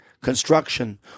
construction